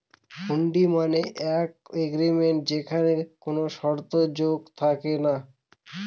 হুন্ডি মানে এক এগ্রিমেন্ট যেখানে কোনো শর্ত যোগ থাকে না